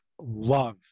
love